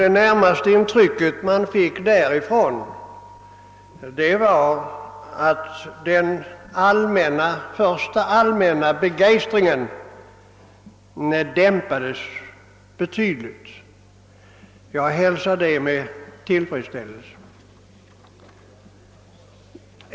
Det starkaste intrycket från den diskussionen är att den första allmänna begeistringen har dämpats betydligt. Jag hälsar det med tillfredsställelse.